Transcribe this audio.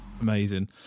amazing